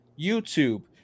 YouTube